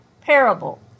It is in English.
parable